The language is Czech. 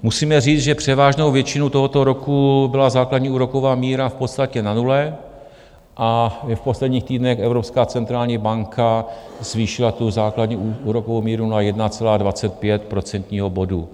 Musíme říci, že převážnou většinu tohoto roku byla základní úroková míra v podstatě na nule a v posledních týdnech Evropská centrální banka zvýšila svou základní úrokovou míru na 1,25 procentního bodu.